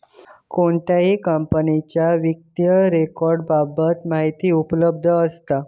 कोणत्याही कंपनीच्या वित्तीय रेकॉर्ड बाबत माहिती उपलब्ध असता